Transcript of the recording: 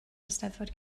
eisteddfod